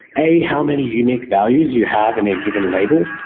a, how many unique values you have in a given label,